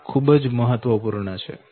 આ ખૂબ જ મહત્વપૂર્ણ છે